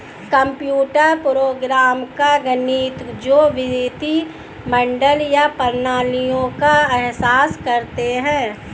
computer program का गणित जो वित्तीय मॉडल या प्रणालियों का एहसास करते हैं